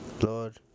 Lord